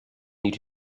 need